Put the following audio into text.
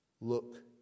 Look